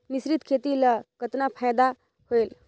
मिश्रीत खेती ल कतना फायदा होयल?